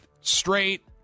straight